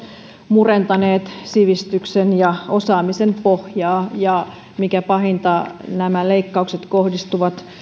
murentaneet sivistyksen ja osaamisen pohjaa ja mikä pahinta nämä leikkaukset kohdistuvat